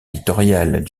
éditoriale